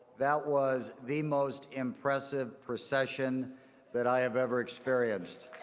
that was the most impressive procession that i have ever experienced.